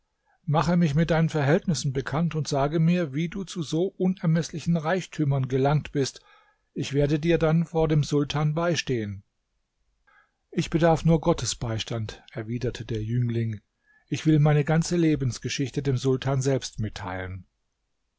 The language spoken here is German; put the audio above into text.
mache mich mit deinen verhältnissen bekannt und sage mir wie du zu so unermeßlichen reichtümern gelangt bist ich werde dir dann vor dem sultan beistehen ich bedarf nur gottes beistand erwiderte der jüngling ich will meine ganze lebensgeschichte dem sultan selbst mitteilen